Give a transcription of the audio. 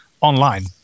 online